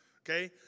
Okay